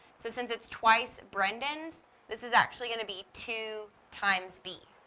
so, since it's twice brendon's this is actually going to be two times b.